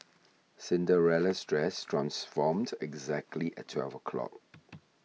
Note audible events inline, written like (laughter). Cinderella's (noise) dress transformed exactly at twelve o'clock